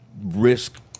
risk